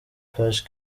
flash